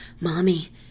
Mommy